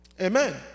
amen